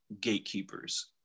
gatekeepers